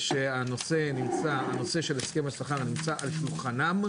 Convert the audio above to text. הנושא של הסכם השכר נמצא על שולחנם,